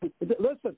Listen